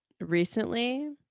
recently